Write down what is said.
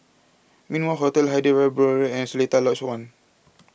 Min Wah Hotel Hyderabad Road and Seletar Lodge one